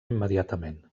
immediatament